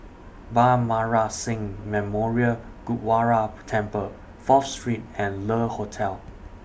Bhai Maharaj Singh Memorial Gurdwara Temple Fourth Street and Le Hotel